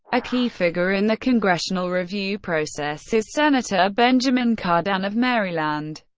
a key figure in the congressional review process is senator benjamin cardin of maryland,